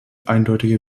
eindeutige